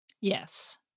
Yes